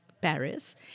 Paris